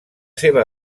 seva